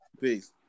Peace